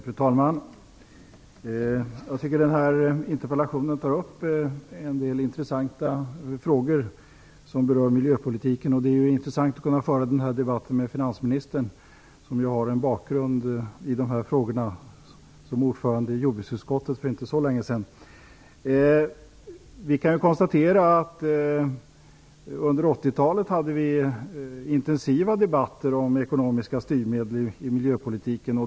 Fru talman! Jag tycker att den här interpellationen tar upp en del intressanta frågor som berör miljöpolitiken. Det är intressant att kunna föra denna debatt med finansministern, som ju har en bakgrund i dessa frågor som ordförande i jordbruksutskottet för inte så länge sedan. Vi kan konstatera att vi under 80-talet hade intensiva debatter om ekonomiska styrmedel i miljöpolitiken.